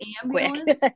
quick